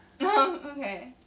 Okay